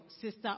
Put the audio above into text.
sister